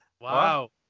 Wow